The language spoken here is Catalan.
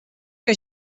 que